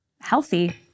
healthy